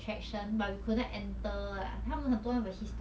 拍 group photo outside the place then 我们就走 liao